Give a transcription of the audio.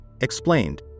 explained